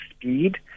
speed